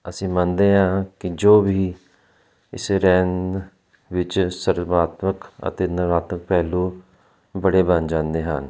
ਅਸੀਂ ਮੰਨਦੇ ਹਾਂ ਕਿ ਜੋ ਵੀ ਇਸੇ ਰਹਿਣ ਵਿੱਚ ਸਰਮਾਤਮਕ ਅਤੇ ਨਰਾਤਕ ਪਹਿਲੂ ਬੜੇ ਬਣ ਜਾਂਦੇ ਹਨ